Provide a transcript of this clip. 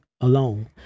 alone